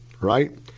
right